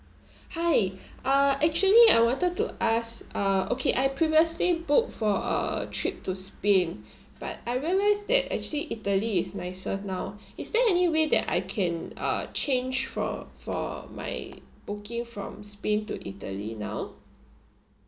hi uh actually I wanted to ask uh okay I previously booked for a trip to spain but I realise that actually italy is nicer now is there any way that I can uh change for for my booking from spain to italy now